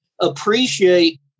appreciate